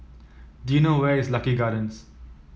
do you know where is Lucky Gardens